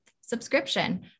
subscription